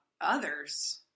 others